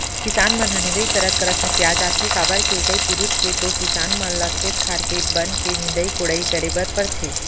किसान मन ह निंदई करत करत हकिया जाथे काबर के कई पुरूत के तो किसान मन ल खेत खार के बन के निंदई कोड़ई करे बर परथे